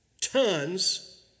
tons